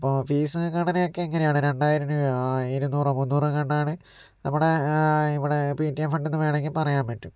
അപ്പോൾ ഫീസ് ഘടനയൊക്കെ ഇങ്ങനെയാണ് രണ്ടായിരം രൂപയോ ഇരുന്നൂറോ മുന്നൂറോ എങ്ങാണ്ടാണ് നമ്മുടെ ഇവിടെ പിടിഎ ഫണ്ടെന്ന് വേണങ്കി പറയാൻ പറ്റും